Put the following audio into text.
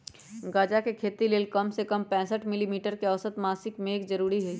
गजा के खेती के लेल कम से कम पैंसठ मिली मीटर के औसत मासिक मेघ जरूरी हई